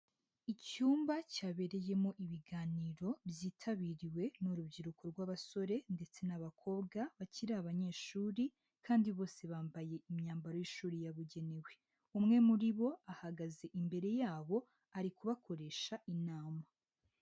Icyumba cyabereyemo ibiganiro byitabiriwe n'urubyiruko rw'abasore ndetse n'abakobwa, bakiri abanyeshuri kandi bose bambaye imyambaro y'ishuri yabugenewe, umwe muri bo ahagaze imbere yabo ari kubakoresha inama.